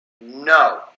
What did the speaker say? no